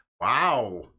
Wow